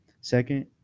Second